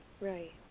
Right